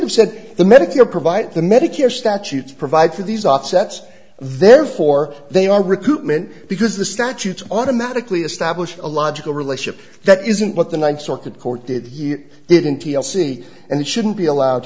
have said the medicare provide the medicare statute provides for these offsets therefore they are recoupment because the statutes automatically establish a logical relationship that isn't what the ninth circuit court did you didn't t l c and shouldn't be allowed